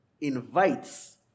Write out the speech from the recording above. invites